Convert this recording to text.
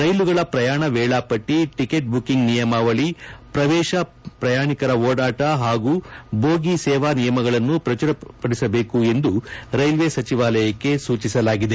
ರೈಲುಗಳ ಪ್ರಯಾಣ ವೇಳಾಪಟ್ಟಿ ಟಿಕೆಟ್ ಬುಕ್ಕಿಂಗ್ ನಿಯಮಾವಳಿ ಪ್ರವೇಶ ಪ್ರಯಾಣಿಕರ ಓಡಾಟ ಪಾಗೂ ಬೋಗಿ ಸೇವಾ ನಿಯಮಗಳನ್ನು ಪ್ರಚುರಪಡಿಸಬೇಕು ಎಂದು ರೈಲ್ವೆ ಸಚಿವಾಲಯಕ್ಕೆ ಸೂಚಿಸಲಾಗಿದೆ